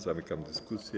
Zamykam dyskusję.